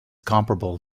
comparable